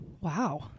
Wow